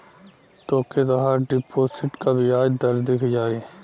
तोके तोहार डिपोसिट क बियाज दर दिख जाई